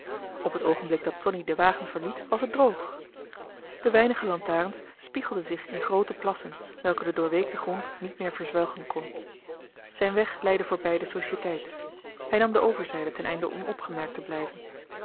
op het oogenblik dat tonie de wagen verliet was het droog de weinige lantarens spiegelden zich in groote plassen welke de doorweekte grond niet meer verzwelgen kon zijn weg leidde voorbij de societeit hij nam de overzijde ten einde onopgemerkt te blijven